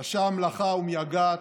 קשה המלאכה ומייגעת.